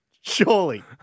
Surely